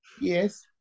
Yes